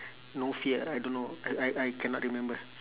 no fear I don't know I I I cannot remember